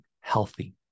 healthy